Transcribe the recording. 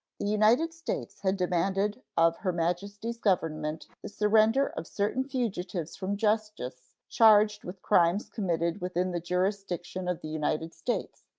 the united states had demanded of her majesty's government the surrender of certain fugitives from justice charged with crimes committed within the jurisdiction of the united states,